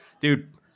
dude